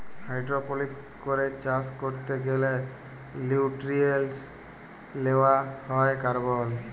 hydroponics করে চাষ ক্যরতে গ্যালে লিউট্রিয়েন্টস লেওয়া হ্যয় কার্বল